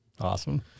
Awesome